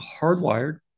hardwired